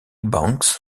banks